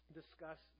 discuss